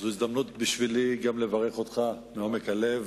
זו גם הזדמנות בשבילי לברך אותך מעומק הלב.